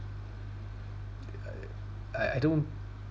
uh I I don't